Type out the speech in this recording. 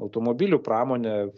automobilių pramonė